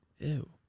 Ew